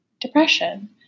depression